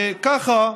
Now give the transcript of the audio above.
וככה,